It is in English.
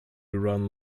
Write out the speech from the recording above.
run